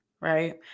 Right